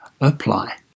apply